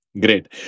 Great